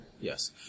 Yes